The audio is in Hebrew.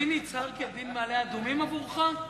דין יצהר כדין מעלה-אדומים עבורך?